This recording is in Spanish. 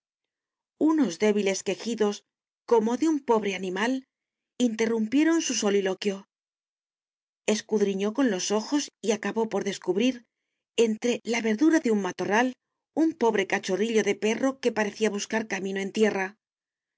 unos débiles quejidos como de un pobre animal interrumpieron su soliloquio escudriñó con los ojos y acabó por descubrir entre la verdura de un matorral un pobre cachorrillo de perro que parecía buscar camino en tierra